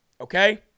Okay